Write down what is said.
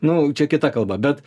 nu čia kita kalba bet